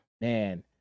Man